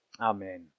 Amen